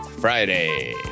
Friday